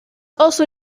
also